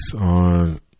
on